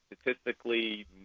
statistically